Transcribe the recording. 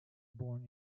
born